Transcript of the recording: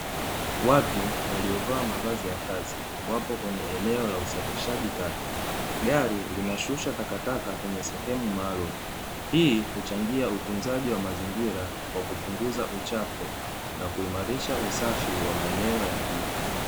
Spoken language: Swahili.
Watu waliovaa mavazi ya kazi, wapo kwenye eneo la usafishaji taka. Gari linashusha takataka kwenye sehemu maalumu. Hii huchangia utunzaji wa mazingira kwa kupunguza uchafu na kuimarisha usafi wa maeneo ya mjini.